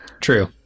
True